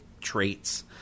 traits